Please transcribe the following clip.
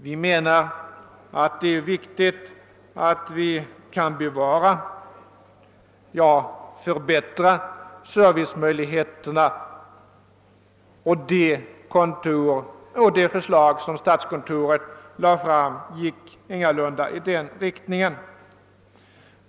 Vi menar att det är viktigt att kunna bevara, ja, förbättra servicemöjligheterna, och det förslag som statskontoret lade fram gick ingalunda i den riktningen.